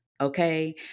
okay